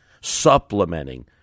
supplementing